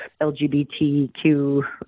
LGBTQ